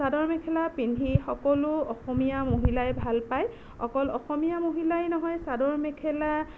চাদৰ মেখেলা পিন্ধি সকলো অসমীয়া মহিলাই ভাল পায় অকল অসমীয়া মহিলাই নহয় চাদৰ মেখেলা